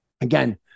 again